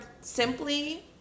simply